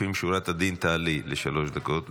לפנים משורת הדין, תעלי לשלוש דקות,